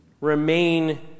remain